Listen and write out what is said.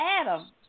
Adam